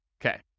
Okay